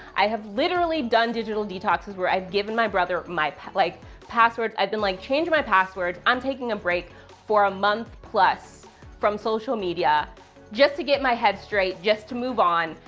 i have literally done digital detoxes where i've given my brother my like passwords. i've been like, changing my passwords. i'm taking a break for a month plus from social media just to get my head straight, just to move on,